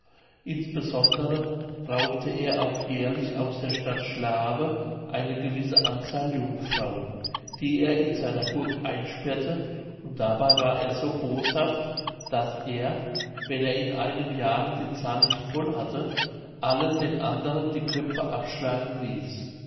insbesondere raubte er auch jährlich aus der stadt schlawe eine gewisse anzahl jungfrauen die er in seiner burg einsperrte und dabei war er so boshaft daß er wenn er in einem jahre die zahl nicht voll hatte allen den anderen die köpfe abschlagen ließ